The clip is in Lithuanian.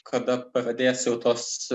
kada pradės jau tos